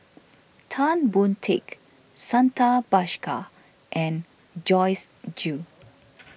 Tan Boon Teik Santha Bhaskar and Joyce Jue